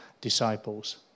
disciples